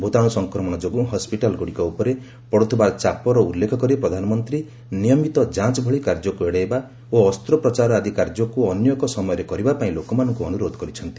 ଭୂତାଣୁ ସଂକ୍ରମଣ ଯୋଗୁଁ ହସ୍କିଟାଲଗୁଡ଼ିକ ଉପରେ ପଡ଼ୁଥିବା ଚାପର ଉଲ୍ଲ୍ଖ କରି ପ୍ରଧାନମନ୍ତ୍ରୀ ନିୟମିତ ଯାଞ୍ଚ ଭଳି କାର୍ଯ୍ୟକୁ ଏଡାଇବା ଓ ଅସ୍ତ୍ରୋପ୍ରଚାର ଆଦି କାର୍ଯ୍ୟକୁ ଅନ୍ୟ ଏକ ସମୟରେ କରିବା ପାଇଁ ଲୋକମାନଙ୍କୁ ଅନୁରୋଧ କରିଛନ୍ତି